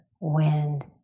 wind